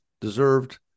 deserved